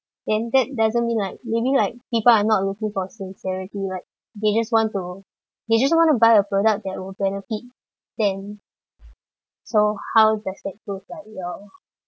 then that doesn't mean like maybe like people are not looking for sincerity right they just want to they just wanna buy a product that would benefit them so how does that prove like your